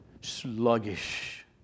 sluggish